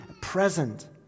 present